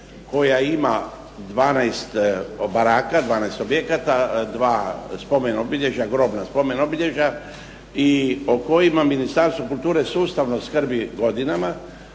baraka, 12 objekata, 2 grobna spomen obilježja i o kojima Ministarstvo kulture sustavno skrbi godinama